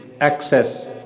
access